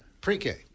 Pre-K